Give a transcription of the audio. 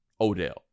Odell